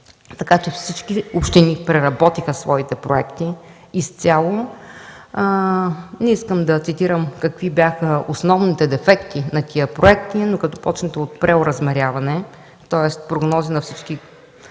така че всички общини преработиха своите проекти изцяло. Не искам да цитирам какви бяха основните дефекти на тези проекти, но като започнете от преоразмеряване, тоест прогнози за